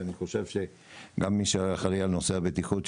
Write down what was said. ואני חושב שגם למי שאחראי על נושא הבטיחות,